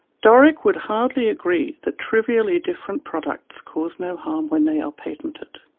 doric would hardly agree that trivially different products cause no harm when they are patented.